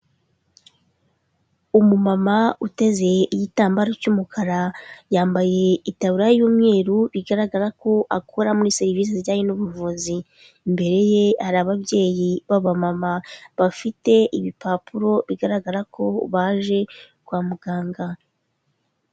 Umumama uteze igitambaro cy'umukara, yambaye itaburiya y'umweru bigaragara ko akora muri serivisi zijyanye n'ubuvuzi, imbere ye hari ababyeyi b'abamama, bafite ibipapuro bigaragara ko baje kwa muganga.